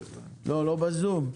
בבקשה.